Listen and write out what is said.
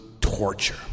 torture